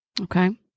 Okay